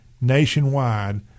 nationwide